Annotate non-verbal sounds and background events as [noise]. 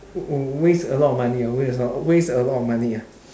[noise] waste a lot of money ah waste a lot waste a lot of money ah